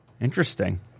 Interesting